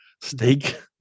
steak